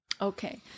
Okay